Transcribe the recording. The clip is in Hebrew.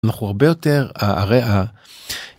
אנחנו הרבה יותר הרי ה...